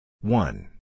One